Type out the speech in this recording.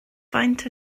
faint